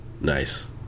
Nice